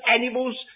animals